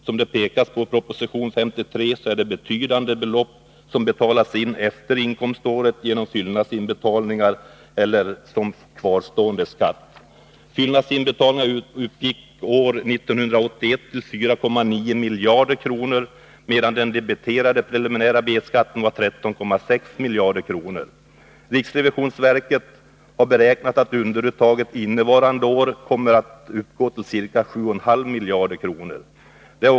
Som påpekas i proposition 53 är det betydande belopp som betalas in efter inkomståret genom fyllnadsinbetalningar eller som kvarstående skatt. Fyllnadsinbetalningarna uppgick år 1981 till 4,9 miljarder kronor, medan den debiterade preliminära B-skatten var 13,6 miljarder kronor. Riksrevisionsverket har beräknat att underuttaget innevarande år kommer att uppgå till ca 7,5 miljarder.